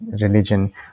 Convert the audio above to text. religion